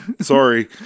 Sorry